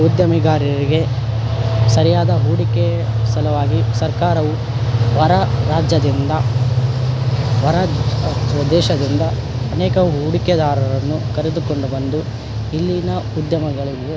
ಉದ್ಯಮಿಗಾರರಿಗೆ ಸರಿಯಾದ ಹೂಡಿಕೆ ಸಲುವಾಗಿ ಸರ್ಕಾರವು ಹೊರ ರಾಜ್ಯದಿಂದ ಹೊರ ದೇಶದಿಂದ ಅನೇಕ ಹೂಡಿಕೆದಾರರನ್ನು ಕರೆದುಕೊಂಡು ಬಂದು ಇಲ್ಲಿನ ಉದ್ಯಮಗಳಿಗೆ